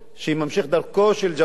שהיא ממשיכת דרכו של ז'בוטינסקי,